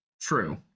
True